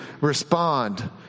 respond